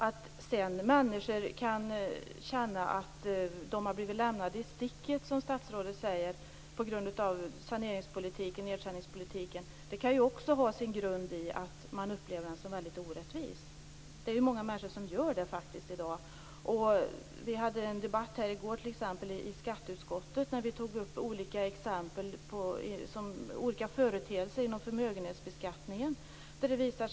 Att människor kan känna att de har blivit lämnade i sticket, som statsrådet säger, på grund av saneringsoch nedskärningspolitiken kan också ha sin grund i att man upplever den som orättvis. Det är många människor som upplever det så i dag. Vi hade en debatt i går i skatteutskottet där olika företeelser inom förmögenhetsbeskattningen kom fram.